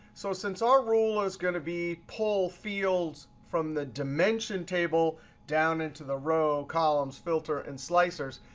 so since our rule is going to be pull fields from the dimension table down into the row, columns, filter, and slicers,